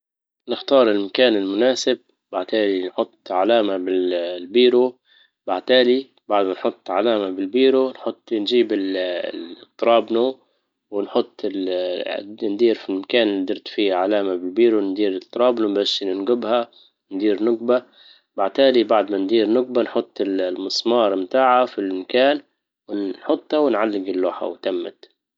نختار المكان المناسب وبعدين نحط علامة بالـ- بالبيرو بعتادى بعد ما نحط علامة بالبيرو نحط- نجيب الـ- الترابنو ونحط الدندير في مكان درت فيه علامة بالبيرو وندير الترابنو باش ننجبها ندير نجبة بعتادى بعد ما ندير نجبة نحط المسمار متاعها فلمكان ونحطها ونعلق اللوحة وتمت